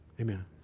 amen